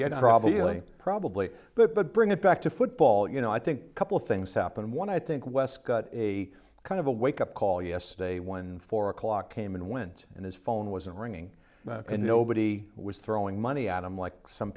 early probably but but bring it back to football you know i think a couple things happened one i think wes got a kind of a wake up call yesterday one four o'clock came and went and his phone was ringing and nobody was throwing money at him like some